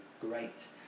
great